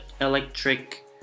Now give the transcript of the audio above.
electric